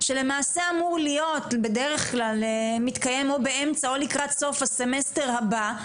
שלמעשה בדרך כלל מתקיים או באמצע או לקראת סוף הסמסטר הבא,